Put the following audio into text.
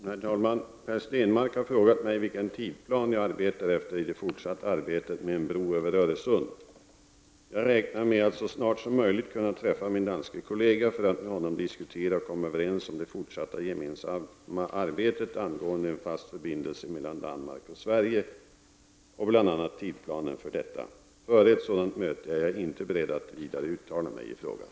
Herr talman! Per Stenmarck har frågat mig vilken tidplan jag arbetar efter i det fortsatta arbetet med en bro över Öresund. Jag räknar med att så snart som möjligt kunna träffa min danske kollega för att med honom diskutera och komma överens om det fortsatta gemensamma arbetet angående en fast förbindelse mellan Danmark och Sverige och bl.a. tidplanen för detta. Före ett sådant möte är jag inte beredd att vidare uttala mig i frågan.